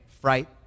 Fright